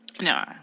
No